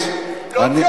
אז מה?